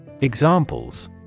Examples